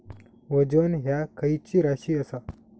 वजन ह्या खैची राशी असा?